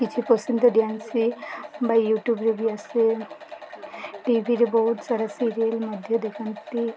କିଛି ପସନ୍ଦିଆ ଡ୍ୟାନ୍ସ ବା ୟୁଟ୍ୟୁବ୍ରେ ବି ଆସେ ଟିଭିରେ ବହୁତ ସାରା ସିରିଏଲ୍ ମଧ୍ୟ ଦେଖାନ୍ତି